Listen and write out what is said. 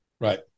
Right